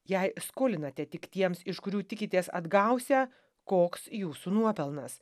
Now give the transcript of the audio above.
jei skolinate tik tiems iš kurių tikitės atgausią koks jūsų nuopelnas